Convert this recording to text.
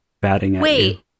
Wait